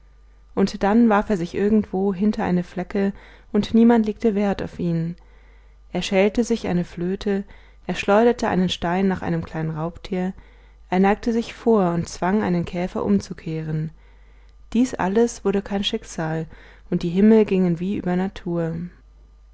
und dann warf er sich irgendwo hinter eine flecke und niemand legte wert auf ihn er schälte sich eine flöte er schleuderte einen stein nach einem kleinen raubtier er neigte sich vor und zwang einen käfer umzukehren dies alles wurde kein schicksal und die himmel gingen wie über natur